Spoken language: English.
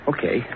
Okay